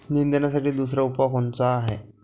निंदनासाठी दुसरा उपाव कोनचा हाये?